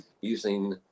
using